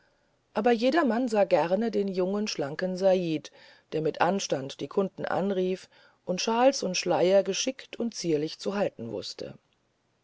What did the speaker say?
aber jedermann sah gerne den jungen schlanken said der mit anstand die kunden anrief und shawl und schleier geschickt und zierlich zu halten wußte